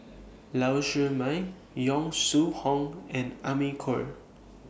Lau Siew Mei Yong Shu Hoong and Amy Khor